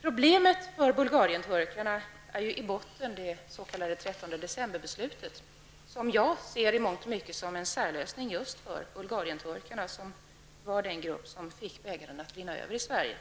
Problemet för Bulgarienturkarna är i botten det s.k. 13-decemberbeslutet. Jag ser det i mångt och mycket som en särlösning för just Bulgarienturkarna, som var den grupp som fick bägaren att rinna över i Sverige.